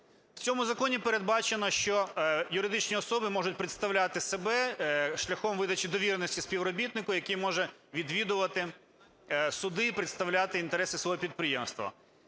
В цьому законі передбачено, що юридичні особи можуть представляти себе шляхом видачі довіреності співробітнику, який може відвідувати суди і представляти інтереси свого підприємства.